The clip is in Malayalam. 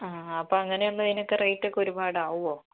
ആ അപ്പോൾ അങ്ങനെയാവുമ്പോൾ അതിനൊക്കെ റേറ്റ് ഒക്കെ ഒരുപാട് ആവുമോ